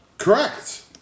Correct